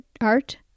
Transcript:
art